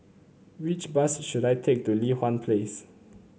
which bus should I take to Li Hwan Place